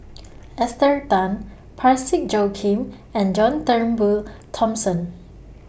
Esther Tan Parsick Joaquim and John Turnbull Thomson